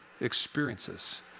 experiences